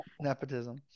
nepotism